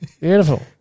Beautiful